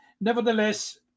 nevertheless